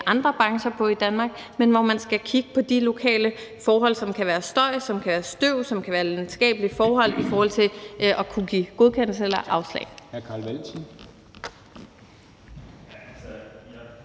andre brancher på i Danmark – men man skal kigge på de lokale forhold, som kan handle om støj eller støv, og der kan gøre sig videnskabelige forhold gældende i forhold til at kunne give godkendelse eller afslag.